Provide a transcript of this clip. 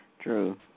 True